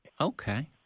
Okay